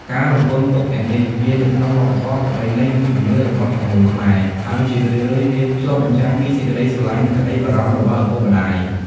ការរំពឹងទុកទាំងនេះមាននៅក្នុង វប្បធម៌ ប្រពៃណី និងជំនឿ របស់សង្គមខ្មែរ ហើយជារឿយៗវាឆ្លុះបញ្ចាំងពីសេចក្ដីស្រឡាញ់ និងក្ដីបារម្ភរបស់ឪពុកម្ដាយ។